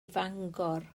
fangor